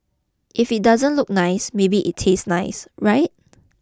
if it doesn't look nice maybe it'll taste nice right